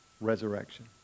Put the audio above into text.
resurrection